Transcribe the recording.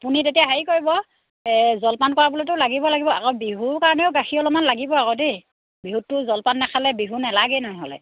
আপুনি তেতিয়া হেৰি কৰিব জলপান কৰাবলৈতো লাগিব লাগিব আকৌ বিহুৰ কাৰণেও গাখীৰ অলপমান লাগিব আকৌ দেই বিহুতটো জলপান নাখালে বিহু নালাগেই নহ'লে